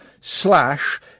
slash